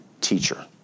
teacher